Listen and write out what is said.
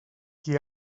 qui